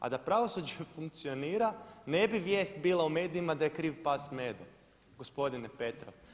A da pravosuđe funkcionira ne bi vijest bila u medijima da je kriv pas Medo, gospodine Petrov.